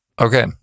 Okay